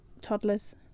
toddlers